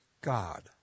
God